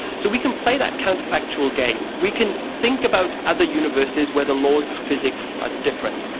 so we can play that counterfactual game, we can think about other universes where the laws of physics are different.